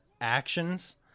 actions